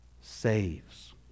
saves